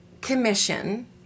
commission